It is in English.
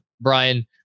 Brian